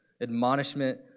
Admonishment